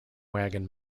wagon